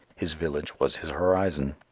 his village was his horizon.